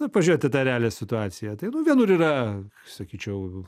nu pažiūrėt į tą realią situaciją tai nu vienur yra sakyčiau